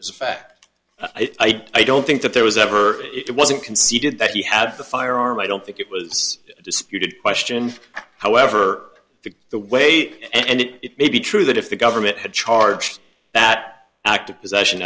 t as fact i don't think that there was ever it wasn't conceded that he had the firearm i don't think it was disputed question however that the way and it it may be true that if the government had charged that act of possession